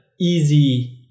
easy